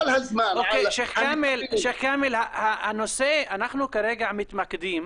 שייח' כמאל, אנחנו כרגע מתמקדים